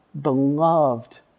beloved